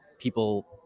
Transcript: People